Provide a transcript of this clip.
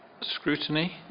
Scrutiny